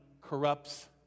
corrupts